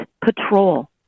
Patrol